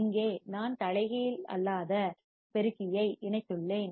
இங்கே நான் தலைகீழ் அல்லாத நான் இன்வடிங் பெருக்கியை ஆம்ப்ளிபையர் இணைத்துள்ளேன்